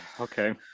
okay